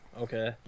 Okay